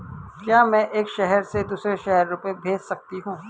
क्या मैं एक शहर से दूसरे शहर रुपये भेज सकती हूँ?